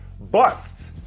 bust